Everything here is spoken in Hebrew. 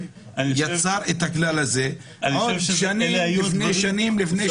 יצר את הכלל הזה שנים לפני שנים לפני